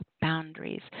boundaries